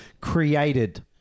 Created